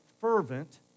fervent